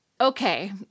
Okay